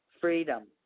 freedom